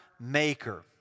Maker